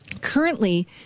Currently